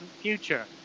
future